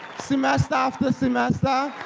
semester after semester,